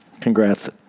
congrats